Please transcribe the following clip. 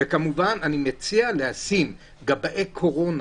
כמובן, אני מציע למנות גבאי קורונה,